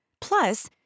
Plus